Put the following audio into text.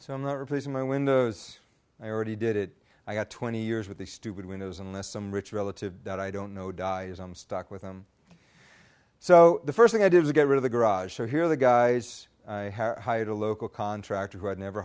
so i'm not replacing my windows i already did it i got twenty years with the stupid windows unless some rich relative that i don't know dies i'm stuck with them so the first thing i did was get rid of the garage so here the guys at a local contractor who would never